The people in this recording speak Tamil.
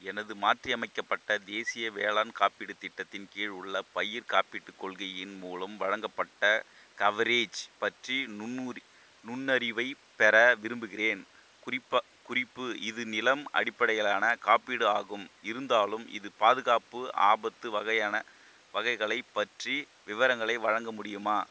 எனது மாற்றியமைக்கப்பட்ட தேசிய வேளாண் காப்பீடுத் திட்டத்தின் கீழ் உள்ள பயிர்க் காப்பீட்டுக் கொள்கையின் மூலம் வழங்கப்பட்ட கவரேஜ் பற்றி நுண்ணுறி நுண்ணறிவைப் பெற விரும்புகிறேன் குறிப்பா குறிப்பு இது நிலம் அடிப்படையிலான காப்பீடு ஆகும் இருந்தாலும் இது பாதுகாப்பு ஆபத்து வகையான வகைகளைப் பற்றி விவரங்களை வழங்க முடியுமா